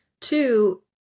two